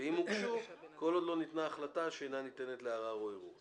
ואם הוגשו כל עוד לא ניתנה החלטה שאינה ניתנת לערר או ערעור".